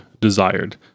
desired